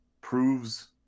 proves